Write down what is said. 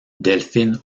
delphine